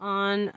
on